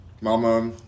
Mama